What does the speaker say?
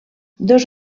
dos